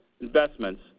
investments